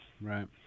Right